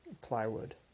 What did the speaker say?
plywood